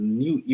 new